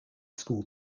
school